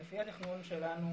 לא לפי התכנון שלנו,